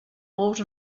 ous